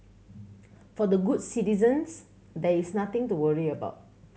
for the good citizens there is nothing to worry about